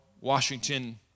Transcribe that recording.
Washington